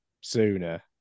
sooner